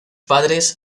padres